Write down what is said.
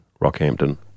Rockhampton